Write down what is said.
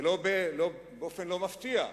ובאופן לא מפתיע,